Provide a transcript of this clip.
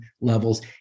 levels